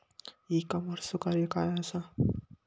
E कॉमर्सचा कार्य काय असा?